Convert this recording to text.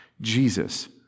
jesus